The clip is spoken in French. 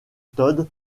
todd